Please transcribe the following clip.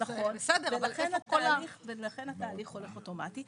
ולכן התהליך הולך אוטומטית.